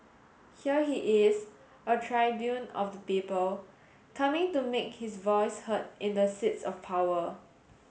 here he is a tribune of the people coming to make his voice heard in the seats of power